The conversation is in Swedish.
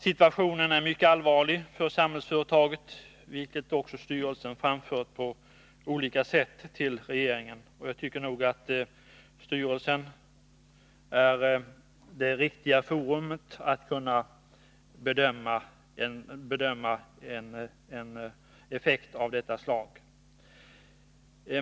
Situationen är mycket allvarlig för Samhällsföretag, vilket också styrelsen framfört på olika sätt till regeringen. Jag tycker att styrelsen är det forum där man kan bedöma en effekt av detta slag.